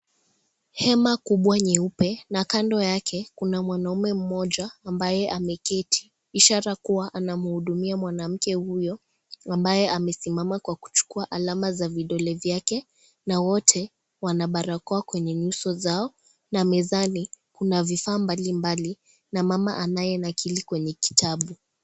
Hema kubwa nyeupe na kando yake kuna mwanaume mmoja ambaye ameketi ishara kuwa anamuhudumia mwanamke huyo ambaye amesimama kwa kuchukua alama za vidole vyake na wote wana barakoa kwenye nyuso zao na mezani kuna vifaa mbalimbali na mama anaye nakili kwenye kitabu.